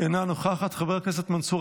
אינו נוכח, חבר הכנסת אבי מעוז,